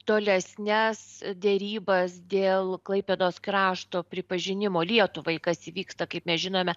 tolesnes derybas dėl klaipėdos krašto pripažinimo lietuvai kas įvyksta kaip mes žinome